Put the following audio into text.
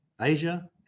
Asia